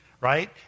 right